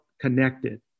connected